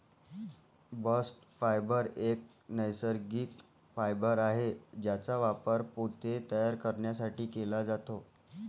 bast fibre एक नैसर्गिक fibre आहे ज्याचा वापर पोते तयार करण्यासाठी केला जातो